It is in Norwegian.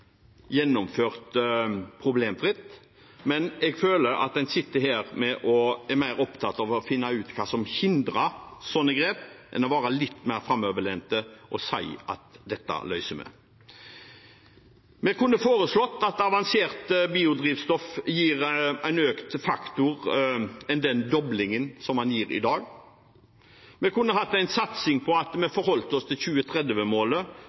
gjennomført problemfritt, men jeg føler at en sitter her og er mer opptatt av å finne ut hva som hindrer sånne grep, enn å være litt mer framoverlent og si at dette løser vi. Vi kunne foreslått at avansert biodrivstoff gir en økt faktor, mer enn den doblingen man gir i dag. Vi kunne hatt en satsing på å forholde seg til